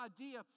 idea